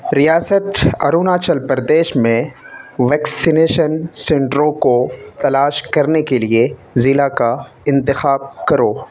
ریاست اروناچل پردیش میں ویکسینیشن سنٹروں کو تلاش کرنے کے لیے ضلع کا انتخاب کرو